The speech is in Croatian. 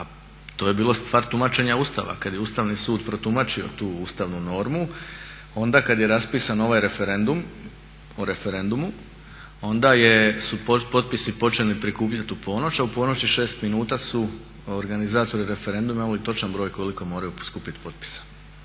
to je bilo stvar tumačenja Ustava, kad je Ustavni sud protumačio tu ustavnu normu, onda kad je raspisan ovaj referendum o referendumu onda su potpisi početi prikupljati u ponoć, a u ponoć i šest minuta su organizatori referenduma imali i točan broj koliko moraju skupiti potpisa.